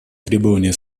требования